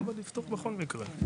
צריך לבדוק בכל מקרה.